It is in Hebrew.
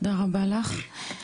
תודה רבה לך,